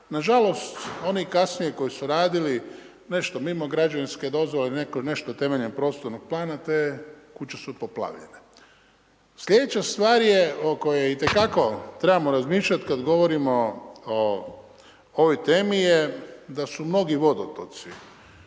Nažalost, oni kasnije koji su radili, nešto mimo građevinske dozvole, netko nešto temeljem prostornog plana, te kuće su poplavljene. Sljedeća stvar je o kojoj itekako trebamo razmišljati, kada govorimo o ovoj temi, da su mnogi vodotoci